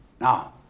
now